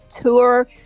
tour